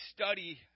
study